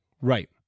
Right